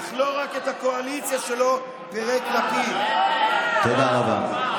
אך לא רק את הקואליציה שלו פירק לפיד, תודה רבה.